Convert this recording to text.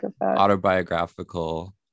autobiographical